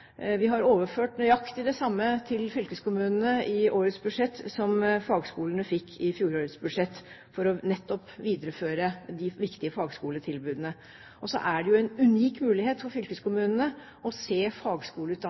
Vi har overført nøyaktig det samme til fylkeskommunene i årets budsjett som fagskolene fikk i fjorårets budsjett, for nettopp å videreføre de viktige fagskoletilbudene. Så er det jo en unik mulighet for fylkeskommunene å se